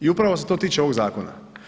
I upravo se to tiče ovog zakona.